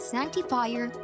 Sanctifier